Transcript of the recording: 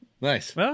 Nice